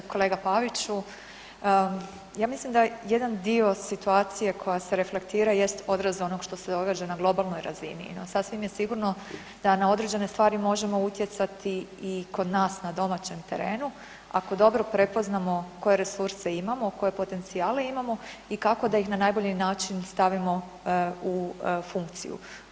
Kolega Paviću, ja mislim da jedan dio situacije koja se reflektira jest odraz onog što se događa na globalnoj razini, no sasvim je sigurno da na određene stvari možemo utjecati i kod nas na domaćem terenu, ako dobro prepoznamo koje resurse imamo, koje potencijale imamo i kako da ih na najbolji način stavimo u funkciju.